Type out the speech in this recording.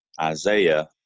Isaiah